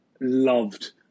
loved